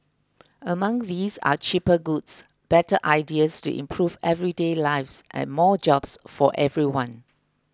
among these are cheaper goods better ideas to improve everyday lives and more jobs for everyone